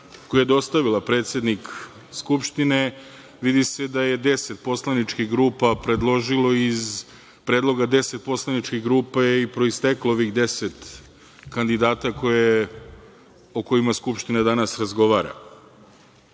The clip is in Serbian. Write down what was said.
koji je dostavila predsednik Skupštine, vidi se da je 10 poslaničkih grupa predložilo i iz predloga 10 poslaničkih grupa je i proisteklo ovih 10 kandidata o kojima Skupština danas razgovara.